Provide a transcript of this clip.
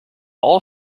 all